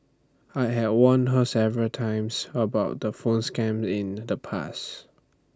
I had warned her several times about the phone scams in the past